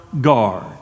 guard